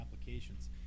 applications